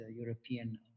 European